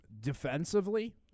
defensively